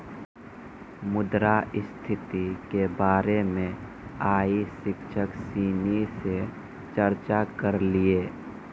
मुद्रा स्थिति के बारे मे आइ शिक्षक सिनी से चर्चा करलिए